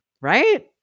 Right